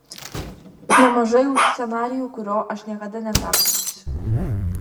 nemažai už scenarijų kurio aš niekada neperskaitysiu